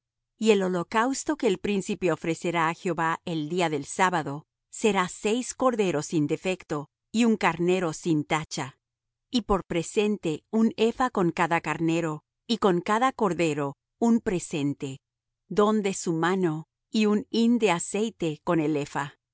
y el holocausto que el príncipe ofrecerá á jehová el día del sábado será seis corderos sin defecto y un carnero sin tacha y por presente un epha con cada carnero y con cada cordero un presente don de su mano y un hin de aceite con